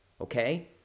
Okay